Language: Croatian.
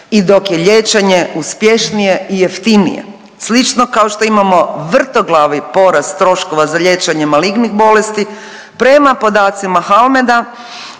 i dok je liječenje uspješnije i jeftinije. Slično kao što imamo vrtoglavi porast troškova za liječenje malignih bolesti prema podacima HALMED-a